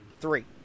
Three